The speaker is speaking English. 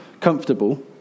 comfortable